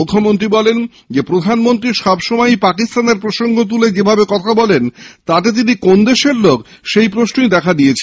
মুখ্যমন্ত্রী বলেন প্রধানমন্ত্রী সবসময় পাকিস্তানের প্রসঙ্গ তুলে যেভাবে কথা বলেন তাতে তিনি কোন দেশের লোক সেই প্রশ্নই দেখা দিয়েছে